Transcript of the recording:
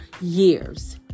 years